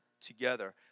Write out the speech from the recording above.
together